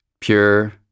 pure